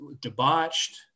debauched